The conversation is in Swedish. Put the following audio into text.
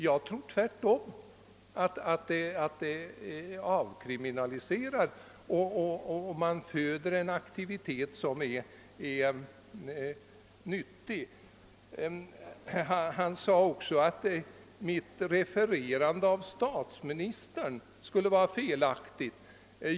Jag tror för min del tvärtom att en nyttig aktivitet verkar avkriminaliserande. Herr Sjöholm sade att mitt referat av statsministerns uttalande skulle vara felaktigt.